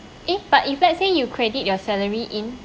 eh but if let's say you credit your salary in